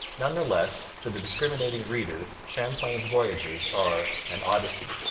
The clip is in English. none the less, to the discriminating reader champlain's voyages are an odyssey.